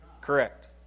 correct